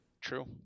True